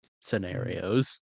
scenarios